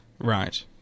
Right